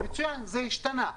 מצוין, זה השתנה.